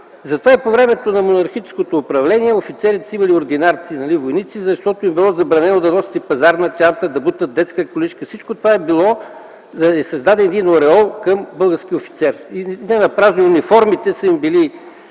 Затова и по времето на монархическото управление офицерите са имали ординарци-войници, защото им е било забранено да носят пазарска чанта, да бутат детска количка. Всичко това е, за да се създаде един ореол на българския офицер. Не напразно униформите им са били